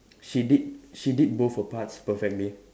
she did she did both her parts perfectly